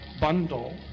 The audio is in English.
bundle